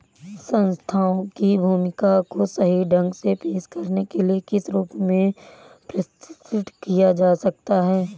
संस्थानों की भूमिका को सही ढंग से पेश करने के लिए किस रूप से प्रतिष्ठित किया जा सकता है?